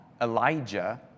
Elijah